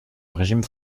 régime